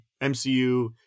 MCU